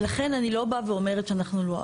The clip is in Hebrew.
ולכן אני לא באה ואומרת שאנחנו לא.